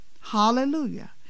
hallelujah